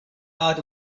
out